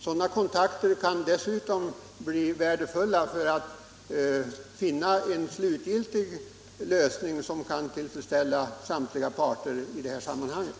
Sådana kontakter kan dessutom bli värdefulla när det gäller att finna en slutgiltig lösning som kan tillfredsställa samtliga parter i det här sammanhanget.